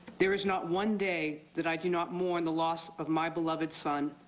there is not one day that i do not mourn the loss of my beloved son.